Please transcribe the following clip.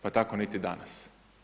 Pa tako niti danas.